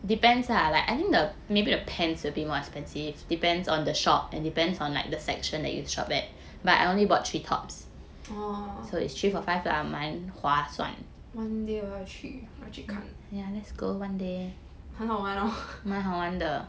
oh one day 我要去我要去看很好玩 hor